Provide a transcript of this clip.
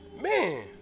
man